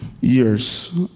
years